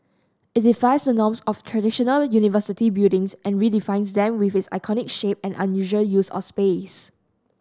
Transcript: it defies the norms of traditional university buildings and redefines them with its iconic shape and unusual use of space